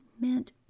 meant